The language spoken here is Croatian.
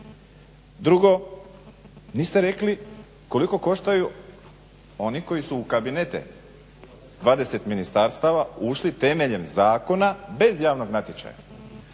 Drugo, niste rekli koliko koštaju oni koji su u kabinete 20 ministarstava ušli temeljem zakona bez javnog natječaja.